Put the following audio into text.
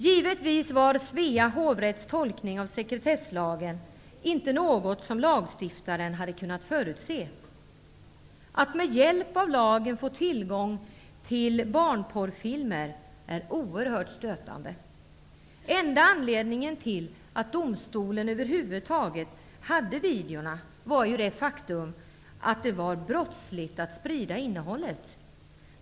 Givetvis var Svea hovrätts tolkning av sekretesslagen inte något som lagstiftaren hade kunnat förutse. Att med hjälp av lagen få tillgång till barnporrfilmer är oerhört stötande. Enda anledningen till att domstolen över huvud taget hade videobanden var ju att det kunde vara brottsligt att sprida innehållet.